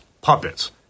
puppets